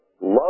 love